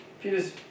Peter's